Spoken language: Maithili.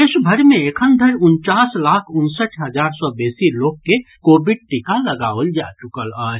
देशभरि मे एखन धरि उनचास लाख उनसठि हजार सँ बेसी लोक के कोविड टीका लगाओल जा चुकल अछि